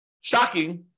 shocking